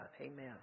Amen